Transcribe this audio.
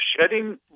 shedding